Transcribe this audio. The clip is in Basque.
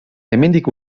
hemendik